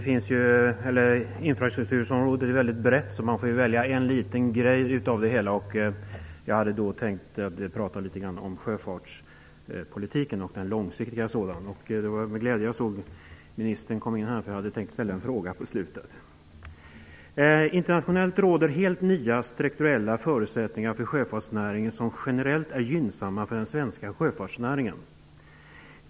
Fru talman! Infrastruktursområdet är mycket brett, så man får välja en liten del av det hela. Jag hade tänkt tala litet grand om den långsiktiga sjöfartspolitiken. Det var med glädje jag såg kommunikationsministern komma in i kammaren, eftersom jag hade tänkt ställa en fråga på slutet. Internationellt råder helt nya strukturella förutsättningar för sjöfartsnäringen som generellt sett är gynnsamma för den svenska sjöfartsnäringen.